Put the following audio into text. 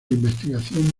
investigación